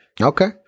okay